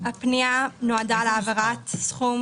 הפנייה נועדה להעברת סכום